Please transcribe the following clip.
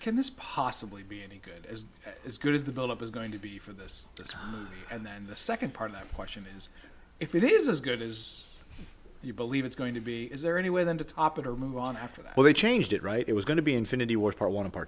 this possibly be any good as good as the buildup is going to be for this and then the second part of that question is if it is as good as you believe it's going to be is there any way then to top it or move on after that well they changed it right it was going to be infinity was part